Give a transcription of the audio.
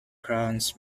crowns